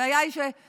הבעיה היא שבמהלך